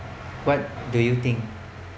what do you think